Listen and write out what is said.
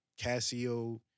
Casio